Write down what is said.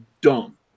dumb